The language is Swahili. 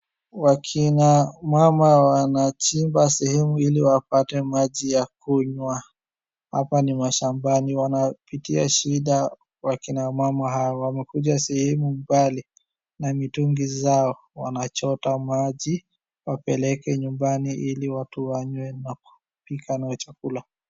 Wakina mama wanachimba sehemu ili wapate maji ya kunywa. Hapa ni mashambani, wanapitia shida wakina mama hao. Wamekuja sehemu mbali na mitungi zao wanachota maji wapeleke nyumbani ili watu wanywe na kupika nayo chakula.